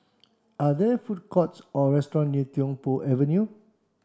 are there food courts or restaurants near Tiong Poh Avenue